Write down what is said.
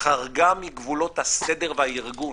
חרגה מגבולות הסדר והארגון.